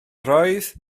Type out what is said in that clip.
roedd